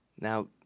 Now